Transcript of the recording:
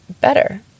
better